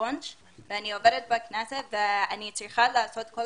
וונש ואני עובדת בכנסת ואני צריכה לעשות כל